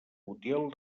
utiel